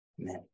amen